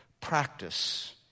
practice